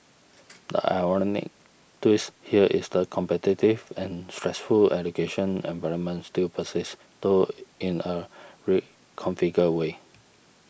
the ironic twist here is the competitive and stressful education environment still persists though in a reconfigured way